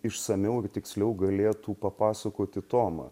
išsamiau ir tiksliau galėtų papasakoti toma